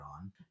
on